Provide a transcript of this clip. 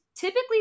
Typically